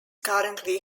currently